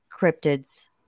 cryptids